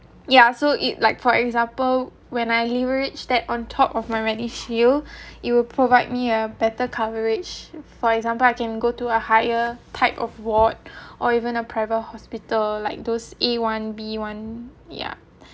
ya so it like for example when I leverage that on top of my MediShield it will provide me a better coverage for example I can go to a higher type of ward or even a private hospital like those A one B one ya